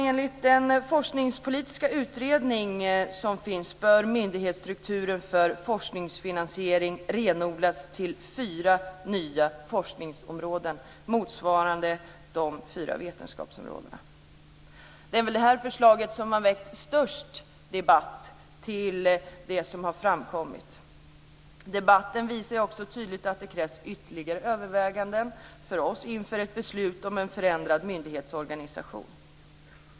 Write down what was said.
Enligt den forskningspolitiska utredning som finns bör myndighetsstrukturen för forskningsfinansiering renodlas till fyra nya forskningsområden motsvarande de fyra vetenskapsområdena. Det är väl detta förslag som har väckt mest debatt av det som har framkommit. Debatten visar också tydligt att det krävs ytterligare överväganden av oss inför ett beslut om en förändrad myndighetsorganisation.